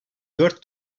dört